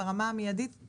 פניתי להסתדרות כדי